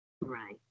Right